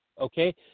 Okay